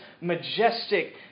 majestic